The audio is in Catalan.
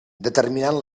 determinant